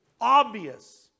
Obvious